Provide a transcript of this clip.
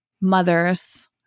mothers